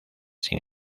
sin